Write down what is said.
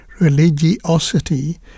religiosity